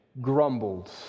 grumbled